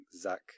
Zach